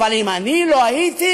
אבל אם אני לא הייתי,